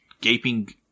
gaping